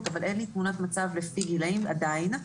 אבל אין לי תמונת מצב לפי גילאים עדיין.